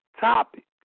topic